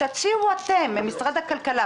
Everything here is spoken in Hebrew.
תציעו אתם במשרד הכלכלה,